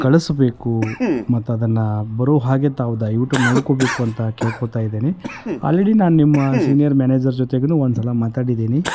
ಕಳಿಸ್ಬೇಕು ಮತ್ತು ಅದನ್ನು ಬರೋ ಹಾಗೆ ತಾವು ದಯವಿಟ್ಟು ನೋಡ್ಕೋಬೇಕು ಅಂತ ಕೇಳ್ಕೋತಾ ಇದ್ದೇನೆ ಆಲ್ರೆಡಿ ನಾನು ನಿಮ್ಮ ಸೀನಿಯರ್ ಮ್ಯಾನೇಜರ್ ಜೊತೆಗು ಒಂದುಸಲ ಮಾತಾಡಿದ್ದೀನಿ